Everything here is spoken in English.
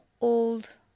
old